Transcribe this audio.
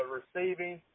receiving